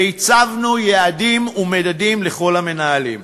והצבנו יעדים ומדדים לכל המנהלים.